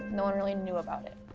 no one really knew about it.